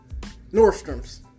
Nordstrom's